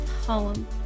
poem